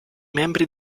membri